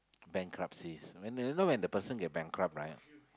bankruptcies when the when the you know when the person get bankrupt right